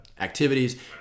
activities